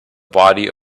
body